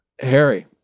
Harry